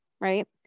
right